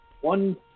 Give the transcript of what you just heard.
one